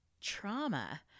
trauma